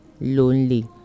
lonely